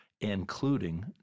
including